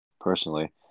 personally